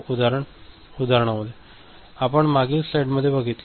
उदाहरण आपण मागील स्लाइडमध्ये बघितले